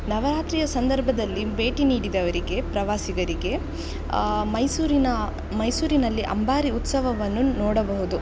ನವರಾತ್ರಿಯ ಸಂದರ್ಭದಲ್ಲಿ ಭೇಟಿ ನೀಡಿದವರಿಗೆ ಪ್ರವಾಸಿಗರಿಗೆ ಮೈಸೂರಿನ ಮೈಸೂರಿನಲ್ಲಿ ಅಂಬಾರಿ ಉತ್ಸವವನ್ನು ನೋಡಬಹುದು